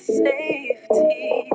safety